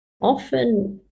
often